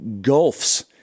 Gulfs